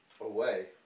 Away